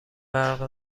برق